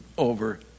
Over